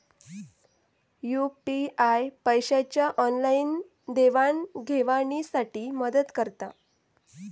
UPI पैशाच्या online देवाणघेवाणी साठी मदत करता